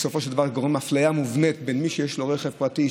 בסופו של דבר זה גורם לאפליה מובנית בין מי שיש לו רכב פרטי,